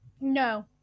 No